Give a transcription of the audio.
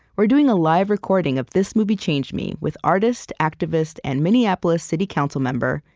we're doing a live recording of this movie changed me with artist, activist, and minneapolis city council member,